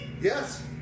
Yes